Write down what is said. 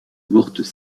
mortes